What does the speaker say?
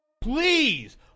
Please